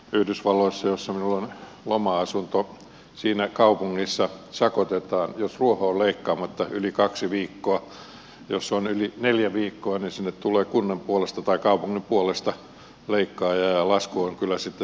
yhdysvalloissa missä minulla on loma asunto siinä kaupungissa sakotetaan jos ruoho on leikkaamatta yli kaksi viikkoa jos on yli neljä viikkoa niin sinne tulee kaupungin puolesta leikkaaja ja lasku on kyllä sitten sen mukainen